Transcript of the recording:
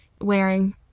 wearing